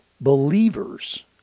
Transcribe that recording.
believers